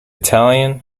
italian